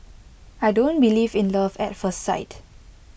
I don't believe in love at first sight